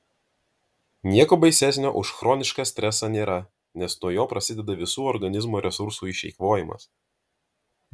nieko baisesnio už chronišką stresą nėra nes nuo jo prasideda visų organizmo resursų išeikvojimas